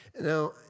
Now